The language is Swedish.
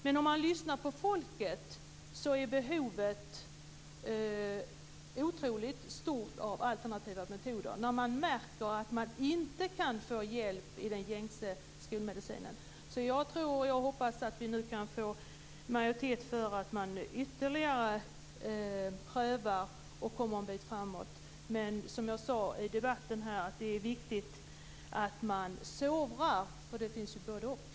Men om man lyssnar på folket, märker man att behovet av alternativa metoder är otroligt stort när de märker att de inte kan få hjälp i den gängse skolmedicinen. Jag tror och hoppas att vi nu kan få majoritet för att ytterligare pröva alternativa behandlingsmetoder så att man kommer en bit framåt. Men som jag sade är det viktigt att sovra, för det finns ju både-och.